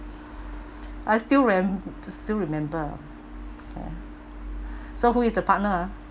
I still rem~ still remember eh so who is the partner ah